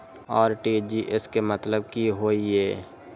RTGS के मतलब की होय ये?